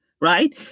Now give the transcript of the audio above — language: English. right